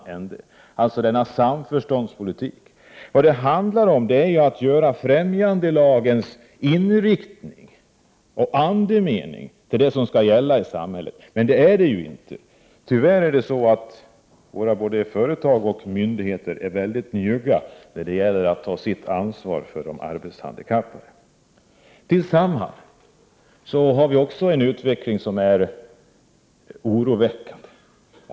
Här har vi alltså denna samförståndspolitik. Vad det handlar om är att göra främjandelagens inriktning och andemening till det som skall gälla i samhället. Så är det emellertid inte. Tyvärr är både företag och myndigheter mycket njugga när det gäller att ta sitt ansvar för de arbetshandikappade. Utvecklingen är oroväckande.